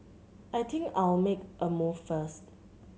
I think I'll make a move first